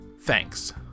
Thanks